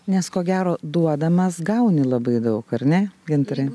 nes ko gero duodamas gauni labai daug ar ne gintare